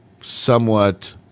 somewhat